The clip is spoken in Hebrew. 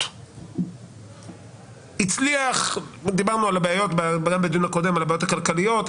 - בדיון הקודם דיברנו על הבעיות הכלכליות,